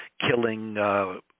killing